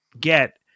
get